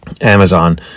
Amazon